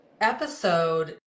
episode